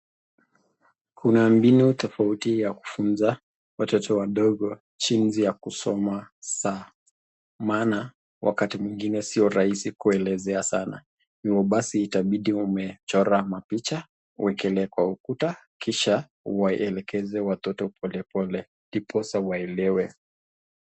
Kuna mbinu tofauti ya kufunza watoto wadogo jinsi ya kusoma saa kwa maana wakati mwingine sio rahisi kuelezea sana hivyo basi itabidii wamechora mapicha wawekelee kwa ukuta kisha waelekeze watoto polepole ndiposa waelewe.